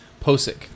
Posick